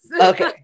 okay